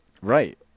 Right